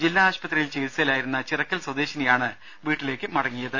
ജില്ലാ ആശുപത്രിയിൽ ചികിത്സയിലായിരുന്ന ചിറക്കൽ സ്വദേശിനിയാണ് വീട്ടിലേക്ക് മടങ്ങിയത്